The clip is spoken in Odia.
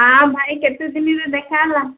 ହଁ ଭାଇ କେତେ ଦିନରେ ଦେଖାହେବା